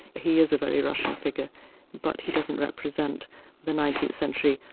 he is a very russian figure but he doesn't represent the nineteenth century,